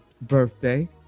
birthday